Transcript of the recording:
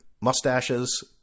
mustaches